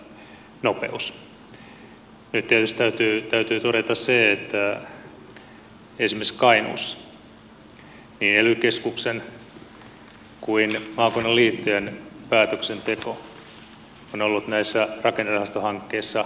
nyt tietysti täytyy todeta se että esimerkiksi kainuussa niin ely keskuksen kuin maakunnan liittojen päätöksenteko on ollut näissä rakennerahastohankkeissa maan nopeinta